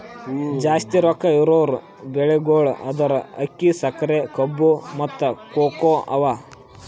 ಜಾಸ್ತಿ ರೊಕ್ಕಾ ಇರವು ಬೆಳಿಗೊಳ್ ಅಂದುರ್ ಅಕ್ಕಿ, ಸಕರಿ, ಕಬ್ಬು, ಮತ್ತ ಕೋಕೋ ಅವಾ